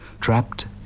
Trapped